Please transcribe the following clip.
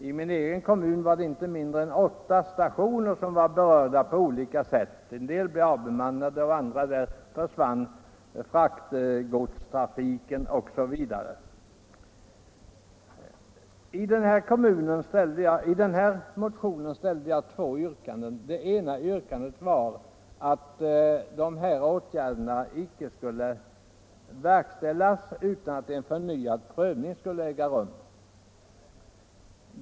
I min egen kommun var inte mindre än åtta stationer berörda på olika sätt — en del blev avbemannade och i andra försvann fraktgodstrafiken osv. Mitt ena motionsyrkande var att de här åtgärderna icke skulle verkställas utan att en förnyad prövning skulle äga rum.